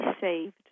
saved